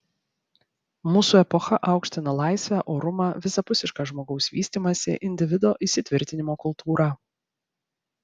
mūsų epocha aukština laisvę orumą visapusišką žmogaus vystymąsi individo įsitvirtinimo kultūrą